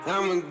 I'ma